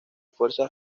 fuerzas